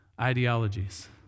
ideologies